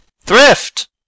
Thrift